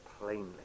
plainly